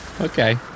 Okay